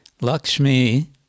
Lakshmi